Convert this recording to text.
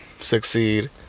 succeed